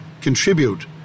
contribute